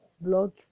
blood